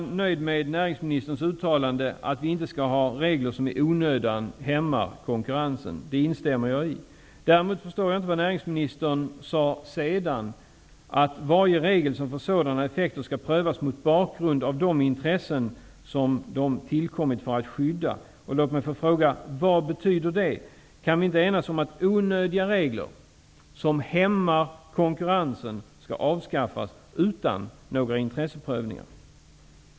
Jag är nöjd med näringsministerns uttalande att vi inte skall ha regler som i onödan hämmar konkurrensen. Det instämmer jag i. Däremot förstår jag inte vad näringsministern sade sedan, att varje regel som får sådana effekter skall prövas mot bakgrund av de intressen som den tillkommit för att skydda. Vad betyder det? Kan vi inte enas om att onödiga regler som hämmar konkurrensen skall avskaffas utan några intresseprövningar?